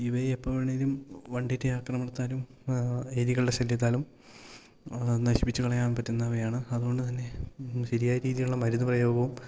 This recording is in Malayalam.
ഇവയിൽ എപ്പോൾ വേണേലും വണ്ടിൻ്റെ ആക്രമണത്താലും എലികളുടെ ശല്യത്താലും നശിപ്പിച്ച് കളയാൻ പറ്റുന്നവയാണ് അതുകൊണ്ട് തന്നെ ശരിയായ രീതിയിലുള്ള മരുന്ന് പ്രയോഗവും